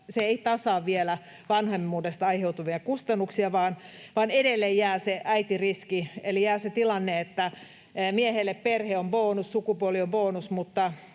se ei vielä tasaa vanhemmuudesta aiheutuvia kustannuksia vaan edelleen jää äitiriski eli jää se tilanne, että miehelle perhe on bonus, sukupuoli on bonus